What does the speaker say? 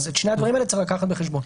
את שני הדברים האלה צריך לקחת בחשבון.